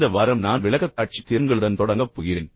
இந்த வாரம் நான் விளக்கக்காட்சி திறன்களுடன் தொடங்கப் போகிறேன்